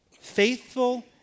Faithful